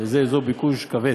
וזה אזור ביקוש כבד.